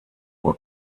uhr